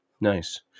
Nice